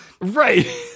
Right